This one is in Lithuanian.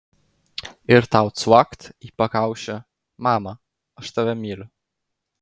ir tau cvakt į pakaušį mama aš tave myliu